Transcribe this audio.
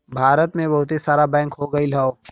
भारत मे बहुते सारा बैंक हो गइल हौ